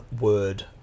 word